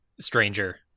stranger